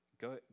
go